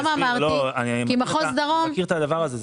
אני מכיר את זה,